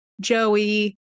Joey